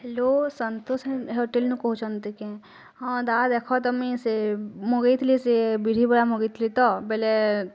hello ସନ୍ତୋଷିନ୍ ହୋଟେଲ୍ନୁ କହୁଛନ୍ତି କି ହଁ ଦାଦ୍ ଦେଖ ତମି ସେ ମାଗେଇ ଥିଲେ ସେ ବିରିଁବାରା ମାଗେଇଥିଲେ ତ ବଇଁଲେ